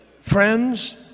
friends